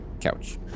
couch